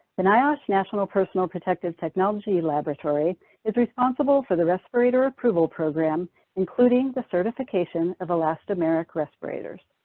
the niosh national personal protective technology laboratory is responsible for the respirator approval program including the certification of elastomeric respirators.